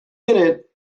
minute